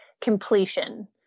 completion